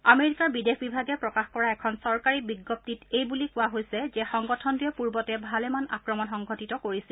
আমেৰিকাৰ বিদেশ বিভাগে প্ৰকাশ কৰা এখন চৰকাৰী বিজ্ঞপ্তিত এই বুলি কোৱা হৈছে যে সংগঠনটোৱে পূৰ্বতে ভালেমান আক্ৰমণ সংঘটিত কৰিছে